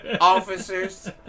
officers